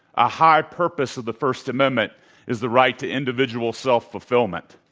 a higher purpose of the first amendment is the right to individual self-fulfillment,